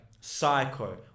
psycho